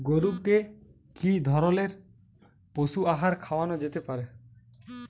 গরু কে কি ধরনের পশু আহার খাওয়ানো যেতে পারে?